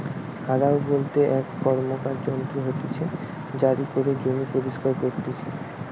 হারও বলতে এক র্কমকার যন্ত্র হতিছে জারি করে জমি পরিস্কার করতিছে